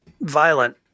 violent